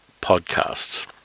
podcasts